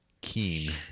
Keen